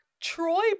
Troy